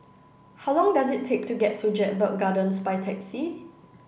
how long does it take to get to Jedburgh Gardens by taxi